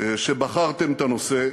שבחרתם את הנושא.